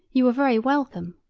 you are very welcome